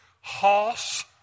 Hoss